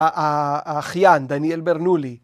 ‫החיין, דניאל ברנולי.